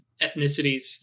ethnicities